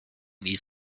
needs